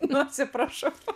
nu atsiprašau